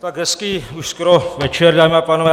Tak hezký už skoro večer, dámy a pánové.